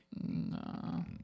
No